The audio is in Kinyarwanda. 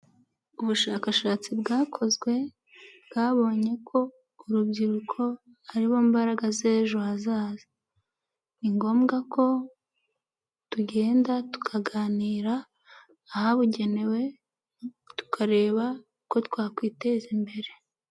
Ubushakashatsi bwakozwe, bwabonye ko urubyiruko aribo mbaraga z'ejo hazaza, ni ngombwa ko tugenda tukaganira ahabugenewe, tukareba ko twakiteza imbere.